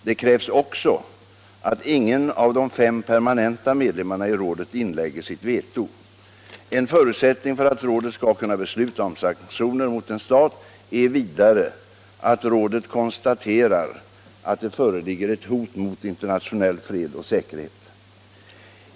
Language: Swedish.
Det krävs också att ingen av de fem permanenta medlemmarna i rådet inlägger sitt veto. En förutsättning för att rådet skall kunna besluta om sanktioner mot en stat är vidare att rådet konstaterar att det föreligger ett hot mot internationell fred och säkerhet.